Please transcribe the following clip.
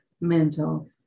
mental